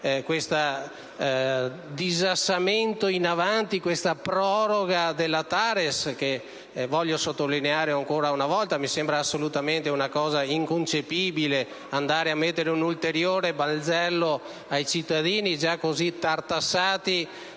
questo disassamento in avanti, questa proroga della TARES che, voglio sottolinearlo ancora una volta, mi sembra assolutamente inconcepibile perché pone un ulteriore balzello su cittadini già così tartassati